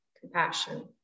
compassion